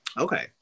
Okay